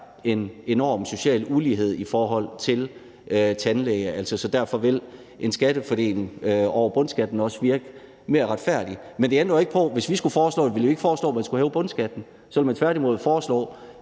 en enorm social ulighed i forhold til tandlægebehandling. Derfor vil en skattefordeling over bundskatten også virke mere retfærdig. Men det ændrer jo ikke på, at hvis vi skulle foreslå det, ville vi ikke foreslå, at man skulle hæve bundskatten; så ville vi tværtimod foreslå,